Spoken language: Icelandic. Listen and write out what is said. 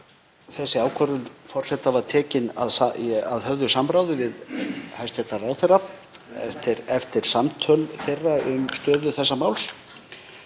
þessi ákvörðun forseta var tekin að höfðu samráði við hæstv. ráðherra eftir samtöl þeirra um stöðu þessa máls.